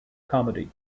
comedy